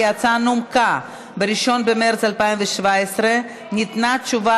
כי ההצעה נומקה ב-1 במרס 2017. ניתנה תשובת